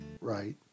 right